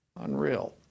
Unreal